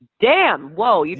damn! whoa, yeah